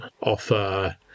offer